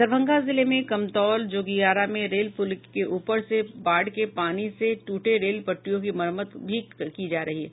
दरभंगा जिले में कमतौल जोगियारा में रेल पुल के ऊपर से बाढ़ के पानी से टूटे रेल पटरियों की मरम्मत की दी गयी है